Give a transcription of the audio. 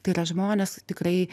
tai yra žmonės tikrai